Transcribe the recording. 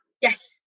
Yes